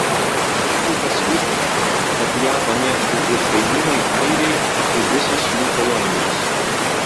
britai pasirūpino kad ją pamėgtų ir kaimynai airiai ir visos jų kolonijos